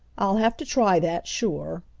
i'll have to try that sure.